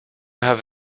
have